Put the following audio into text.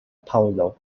paŭlo